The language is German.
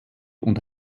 und